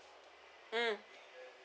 mm